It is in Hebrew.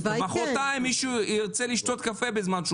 מוחרתיים מישהו ירצה לשתות קפה בזמן שהוא